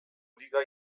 liga